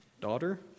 daughter